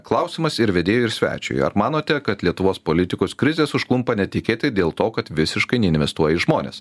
klausimas ir vedėjui ir svečiui ar manote kad lietuvos politikus krizės užklumpa netikėtai dėl to kad visiškai neinvestuoja į žmones